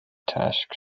tasks